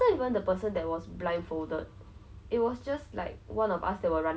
then like we we met because the primary and secondary side are all merged together